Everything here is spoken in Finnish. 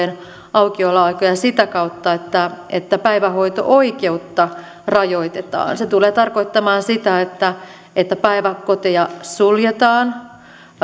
aukioloaikoja sitä kautta että että päivähoito oikeutta rajoitetaan se tulee tarkoittamaan sitä että että päiväkoteja suljetaan